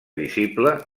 visible